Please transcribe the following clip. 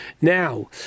Now